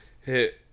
hit